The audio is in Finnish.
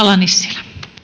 puhemies